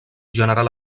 general